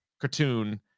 cartoon